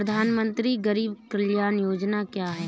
प्रधानमंत्री गरीब कल्याण योजना क्या है?